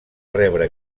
rebre